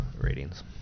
ratings